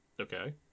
okay